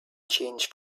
change